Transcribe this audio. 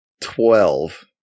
Twelve